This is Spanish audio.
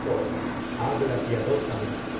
coro habla mal al piadosamente